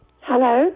Hello